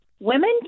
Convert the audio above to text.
women